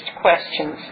questions